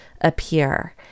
appear